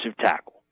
tackle